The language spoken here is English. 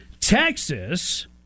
Texas